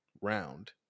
round